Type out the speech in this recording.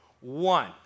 one